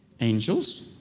Angels